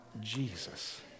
Jesus